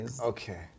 Okay